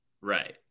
right